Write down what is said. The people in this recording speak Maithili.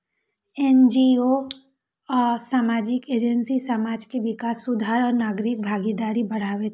एन.जी.ओ आ सामाजिक एजेंसी समाज के विकास, सुधार आ नागरिक भागीदारी बढ़ाबै छै